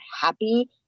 happy